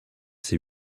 ses